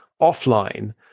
offline